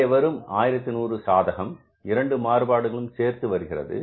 இங்கே வரும் 1100 சாதகம் இரண்டு மாறுபாடுகளும் சேர்த்து வருகிறது